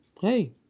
hey